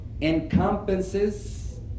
encompasses